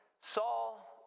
Saul